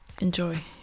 enjoy